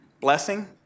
blessing